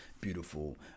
beautiful